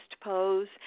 pose